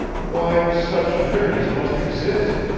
why such journeys must exist.